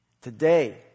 Today